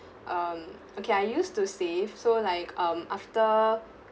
um okay I used to save so like um after